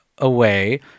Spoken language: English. away